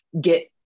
get